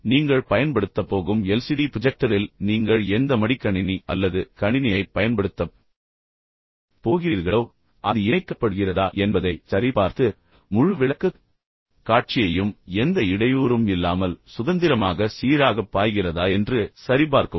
நீங்கள் பயன்படுத்தப் போகும் எல்சிடி ப்ரொஜெக்டரில் நீங்கள் எந்த மடிக்கணினி அல்லது கணினியைப் பயன்படுத்தப் போகிறீர்களோ அது இணைக்கப்படுகிறதா என்பதைச் சரிபார்த்து முழு விளக்கக்காட்சியையும் எந்த இடையூறும் இல்லாமல் சுதந்திரமாக சீராகப் பாய்கிறதா என்று சரிபார்க்கவும்